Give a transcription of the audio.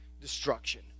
destruction